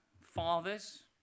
fathers